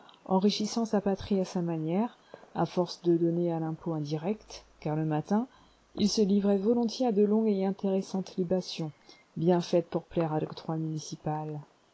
enrichissant sa patrie à sa manière à force de donner à l'impôt indirect car le matin il se livrait volontiers à de longues et intéressantes libations bien faites pour plaire à l'octroi municipal